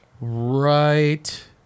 Right